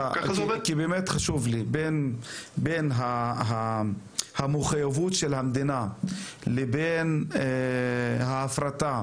חשוב לי לשאול: בין המחויבות של המדינה לבין ההפרטה,